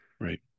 right